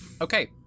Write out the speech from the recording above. Okay